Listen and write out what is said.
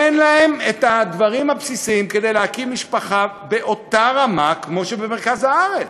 אין להם את הדברים הבסיסיים כדי להקים משפחה באותה רמה כמו במרכז הארץ.